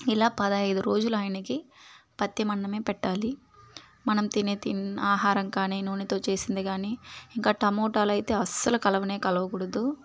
ఇలా పదైదు రోజులయానికి పత్యమన్నమే పెట్టాలి మనం తినే తి ఆహారం కానీ నూనెతో చేసింది కానీ ఇంక టమోటాలైతే అస్సలు కలవనే కలవకూడదు